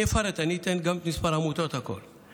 אני אפרט, אני אתן גם את מספר העמותות, הכול.